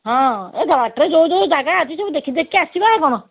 ହଁ ଏ ବାଟରେ ଯୋଉ ଯୋଉ ଯାଗା ଅଛି ସବୁ ଦେଖି ଦେଖାକା ଆସିବା ଆଉ କ'ଣ